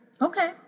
okay